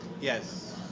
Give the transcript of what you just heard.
Yes